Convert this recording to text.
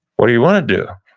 what do you wanna do?